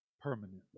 permanently